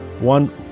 one